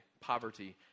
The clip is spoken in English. poverty